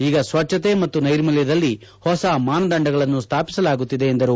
ಈಗ ಸ್ವಚ್ಛತೆ ಮತ್ತು ನೈರ್ಮಲ್ವದಲ್ಲಿ ಹೊಸ ಮಾನದಂಡಗಳನ್ನು ಸ್ಟಾಪಿಸಲಾಗುತ್ತಿದೆ ಎಂದರು